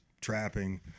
trapping